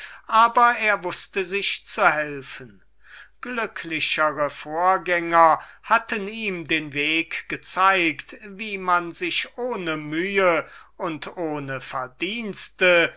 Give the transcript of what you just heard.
aber er wußte sich selbst zu helfen glücklichere vorgänger hatten ihm den weg gezeigt sich ohne mühe und ohne verdienste